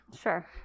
Sure